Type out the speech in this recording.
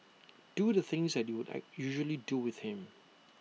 do the things that you at usually do with him